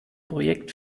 projekt